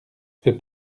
fais